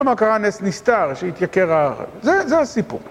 למה קראנס נסתר שהתייקר... זה הסיפור.